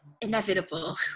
inevitable